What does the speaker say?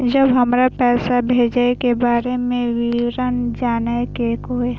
जब हमरा पैसा भेजय के बारे में विवरण जानय के होय?